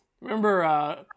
Remember